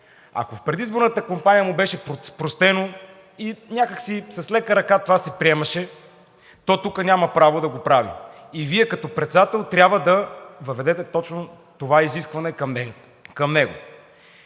Ако в предизборната кампания му беше простено и някак си с лека ръка това се приемаше, то тук няма право да го прави и Вие като председател трябва да въведете точно това изискване към него.